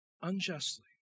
unjustly